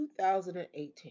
2018